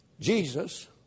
Jesus